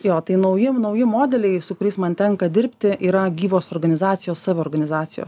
jo tai naujiem nauji modeliai su kuriais man tenka dirbti yra gyvos organizacijos saviorganizacijos